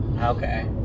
Okay